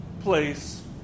place